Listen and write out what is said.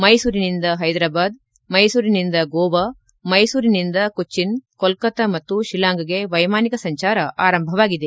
ಮೈಸೂರಿನಿಂದ ಹೈದ್ರಾಬಾದ್ ಮೈಸೂರಿನಿಂದ ಗೋವಾ ಮೈಸೂರಿನಿಂದ ಕೊಚ್ಚಿನ್ ಕೋಲ್ಕತಾ ಮತ್ತು ಶಿಲಾಂಗ್ಗೆ ವೈಮಾನಿಕ ಸಂಜಾರ ಆರಂಭವಾಗಿದೆ